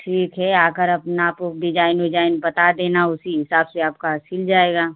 ठीक है आकर आप नाप ओप डिजाइन ओजाइन बता देना उसी हिसाब से आपका सिल जाएगा